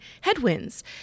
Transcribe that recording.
headwinds